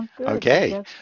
Okay